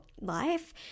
life